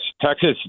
Texas